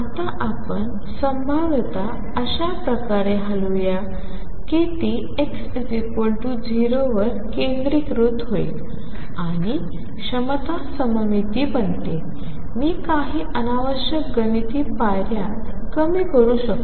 आता आपण संभाव्यता अशा प्रकारे हलवूया कि ती x 0 वर केंद्रीकृत होईल आणि क्षमता सममिती बनते मी काही अनावश्यक गणिती पायऱ्या कमी करू शकतो